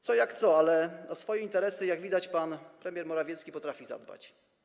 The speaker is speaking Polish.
Co jak co, ale o swoje interesy, jak widać, pan premier Morawiecki potrafi zadbać.